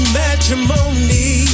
matrimony